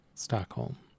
Stockholm